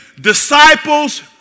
disciples